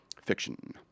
Fiction